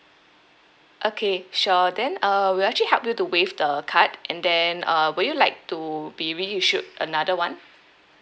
okay sure then uh we'll actually help you to waive the card and then uh would you like to be reissued another one